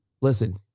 Listen